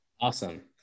Awesome